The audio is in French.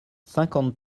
cinquante